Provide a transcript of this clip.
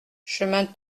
chemin